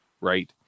right